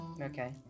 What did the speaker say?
Okay